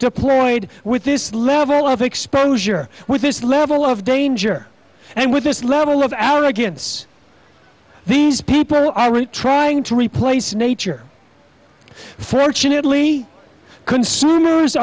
deployed with this level of exposure with this level of danger and with this level of our kids these people aren't trying to replace nature fortunately consumers